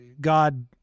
God